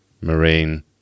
marine